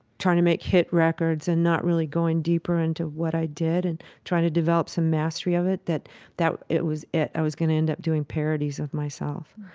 trying to make hit records and not really going deeper into what i did and trying to develop some mastery of it, that that was it i was going to end up doing parodies of myself.